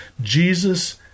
Jesus